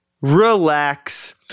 relax